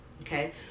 Okay